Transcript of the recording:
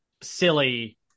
silly